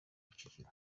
kicukiro